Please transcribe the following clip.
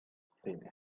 said